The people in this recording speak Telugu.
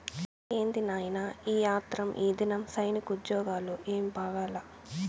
ఏంది నాయినా ఈ ఆత్రం, ఈదినం సైనికోజ్జోగాలు ఏమీ బాగాలా